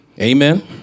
Amen